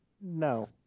no